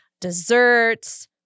desserts